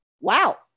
wow